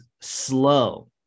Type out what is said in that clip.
slow